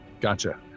Gotcha